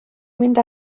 mynd